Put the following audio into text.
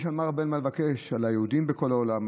יש הרבה מה לבקש על היהודים בכל העולם,